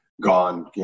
gone